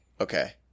okay